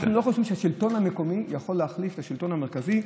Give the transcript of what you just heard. אנחנו לא חושבים שהשלטון המקומי יכול להחליף את השלטון המרכזי,